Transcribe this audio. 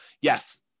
yes